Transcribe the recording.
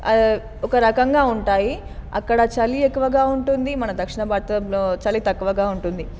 ఒక రకంగా ఉంటాయి అక్కడ చలి ఎక్కువగా ఉంటుంది మన దక్షిణ భారతంలో చలి తక్కువగా ఉంటుంది